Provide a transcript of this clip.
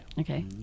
Okay